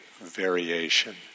variation